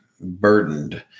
burdened